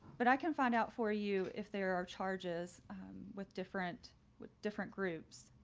but i can find out for you if there are charges with different with different groups.